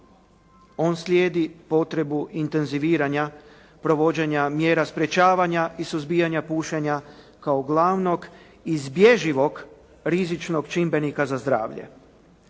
On slijedi potrebu intenziviranja provođenja mjera sprečavanja i suzbijanja pušenja kao glavnog izbježivog rizičnog čimbenika za zdravlje.